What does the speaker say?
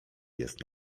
jest